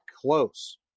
close